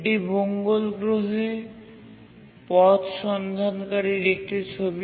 এটি মঙ্গল গ্রহে পথ সন্ধানকারীর একটি ছবি